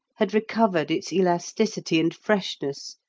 had recovered its elasticity and freshness,